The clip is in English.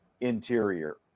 interior